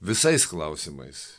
visais klausimais